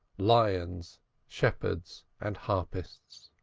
lions shepherds and harpists.